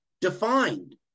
defined